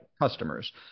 customers